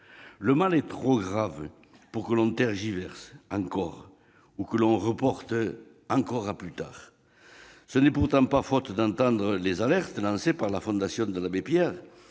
Le mal est trop grave pour que l'on tergiverse, encore, ou que l'on reporte les décisions. Ce n'est pourtant pas faute d'entendre les alertes lancées par la Fondation Abbé Pierre,